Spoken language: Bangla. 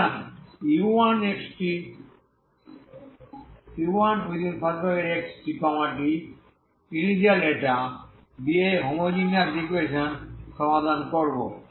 সুতরাং u1xt ইনিশিয়াল ডেটা দিয়ে হোমোজেনিয়াস ইকুয়েশন সমাধান করবে